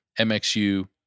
MXU